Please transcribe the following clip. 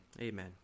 amen